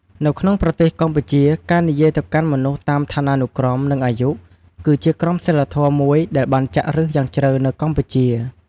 នៅក្នុងប្រទេសកម្ពុជា ការនិយាយទៅកាន់មនុស្សតាមឋានានុក្រម និងអាយុ គឺជាក្រមសីលធម៌មួយដែលបានចាក់ឫសយ៉ាងជ្រៅនៅកម្ពុជា។